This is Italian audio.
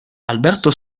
alberto